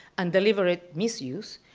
and deliberate misuse,